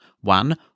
One